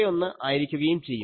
81 ആയിരിക്കുകയും ചെയ്യും